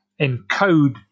encode